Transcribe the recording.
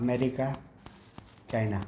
America China